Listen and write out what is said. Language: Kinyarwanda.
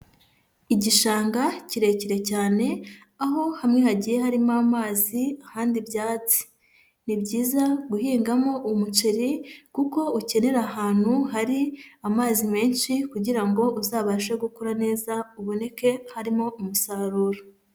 Igishanga kirekire cyane, aho hamwe hagiye harimo amazi ahandi ibyatsi, ni byiza guhingamo umuceri kuko ukenera ahantu hari amazi menshi kugira ngo uzabashe gukura neza uboneke harimo umusaruro.